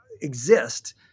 exist